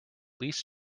least